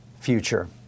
future